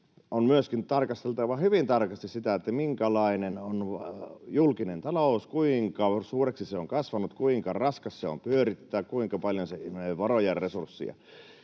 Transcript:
on myöskin tarkasteltava hyvin tarkasti sitä, minkälainen on julkinen talous, kuinka suureksi se on kasvanut, kuinka raskas se on pyörittää, kuinka paljon se imee varoja ja resursseja.